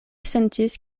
sentis